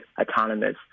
autonomous